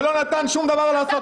הוא לא נתן שום דבר לעשות.